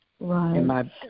Right